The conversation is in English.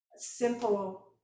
simple